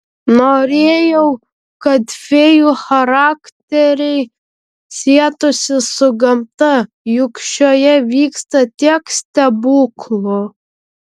norėjau kad fėjų charakteriai sietųsi su gamta juk šioje vyksta tiek stebuklų